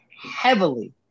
heavily